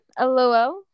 LOL